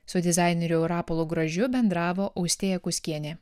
su dizaineriu rapolu gražiu bendravo austėja kuskienė